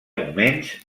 moments